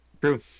True